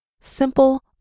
simple